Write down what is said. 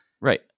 Right